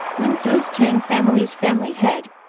linzhou's tang family's family head,